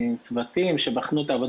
יש מצב שבקדנציה הנוכחית זו הוועדה